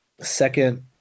second